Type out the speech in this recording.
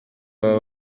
baba